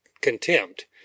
contempt